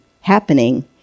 happening